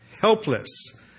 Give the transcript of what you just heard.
helpless